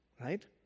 right